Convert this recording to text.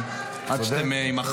רק שנייה,